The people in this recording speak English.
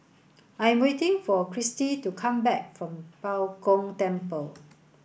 I am waiting for Christi to come back from Bao Gong Temple